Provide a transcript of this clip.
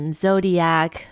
zodiac